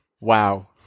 Wow